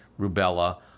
rubella